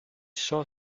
saw